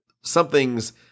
something's